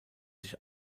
sich